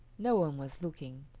no one was looking.